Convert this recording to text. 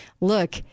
look